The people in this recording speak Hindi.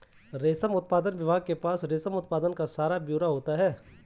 रेशम उत्पादन विभाग के पास रेशम उत्पादन का सारा ब्यौरा होता है